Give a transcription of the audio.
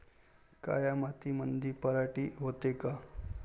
काळ्या मातीमंदी पराटी होते का?